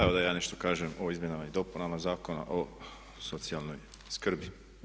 Evo da i ja nešto kažem o izmjenama i dopunama Zakona o socijalnoj skrbi.